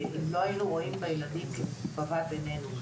אם לא היינו רואים בילדים כבבת ענינו,